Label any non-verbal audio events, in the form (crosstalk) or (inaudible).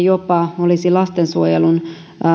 (unintelligible) jopa olisi lastensuojelun